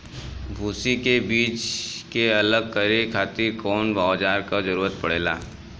भूसी से बीज के अलग करे खातिर कउना औजार क जरूरत पड़ेला?